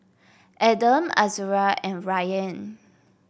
Adam Azura and Rayyan